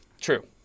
true